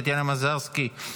טטיאנה מזרסקי,